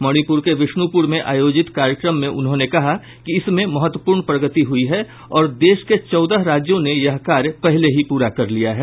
मणिप्र के विष्णुप्र में आयोजित कार्यक्रम में उन्होंने कहा कि इसमें महत्वपूर्ण प्रगति हुयी है और देश के चौदह राज्यों ने यह कार्य पहले ही पूरा कर लिया है